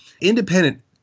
Independent